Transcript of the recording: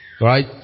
Right